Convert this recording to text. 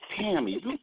Tammy